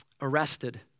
arrested